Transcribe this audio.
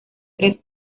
tres